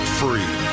free